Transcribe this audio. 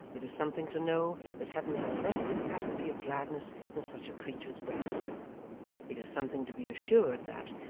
it is something to know that heaven has left the capacity of gladness in such a creature's breast it is something to be assured that,